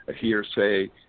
hearsay